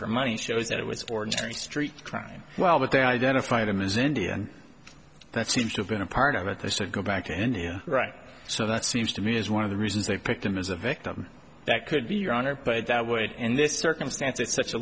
for money shows that it was ordinary street crime well that they identify them as india and that seems to have been a part of it has to go back to india right so that seems to me is one of the reasons they picked him as a victim that could be your honor but that would in this circumstance it's such a